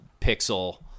pixel